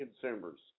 consumers